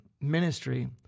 ministry